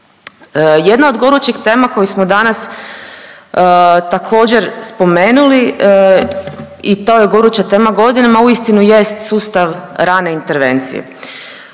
Jedna od gorućih tema koje smo danas također spomenuli i to je goruća tema godinama uistinu jest sustav rane intervencije.